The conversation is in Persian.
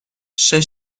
سال